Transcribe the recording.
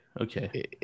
Okay